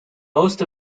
most